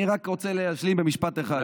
אני רק רוצה להשלים במשפט אחד.